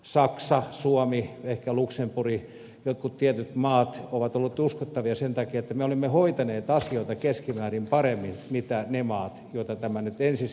saksa suomi ehkä luxemburg jotkut tietyt maat ovat olleet uskottavia sen takia että me olemme hoitaneet asioita keskimäärin paremmin kuin ne maat joita tämä nyt ensisijaisesti koskettaa